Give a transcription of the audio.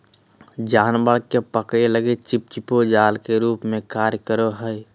जानवर के पकड़े लगी चिपचिपे जाल के रूप में कार्य करो हइ